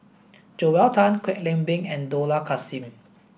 Joel Tan Kwek Leng Beng and Dollah Kassim